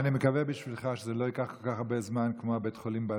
אני מקווה בשבילך שזה לא ייקח כל כך הרבה זמן כמו בית החולים באשדוד,